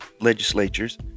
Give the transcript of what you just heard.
legislatures